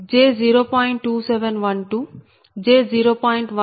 1560 j0